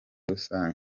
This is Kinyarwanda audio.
rusange